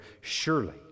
Surely